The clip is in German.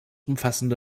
umfassende